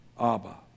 Abba